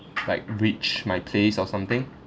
like reach my place or something